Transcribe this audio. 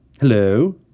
Hello